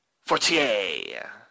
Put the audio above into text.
Fortier